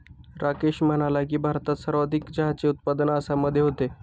राकेश म्हणाला की, भारतात सर्वाधिक चहाचे उत्पादन आसाममध्ये होते